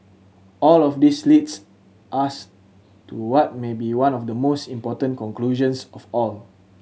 all of this leads us to what may be one of the most important conclusions of all